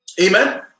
Amen